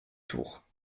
tours